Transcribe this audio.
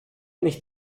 nicht